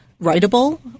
writable